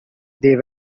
they